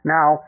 Now